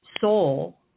soul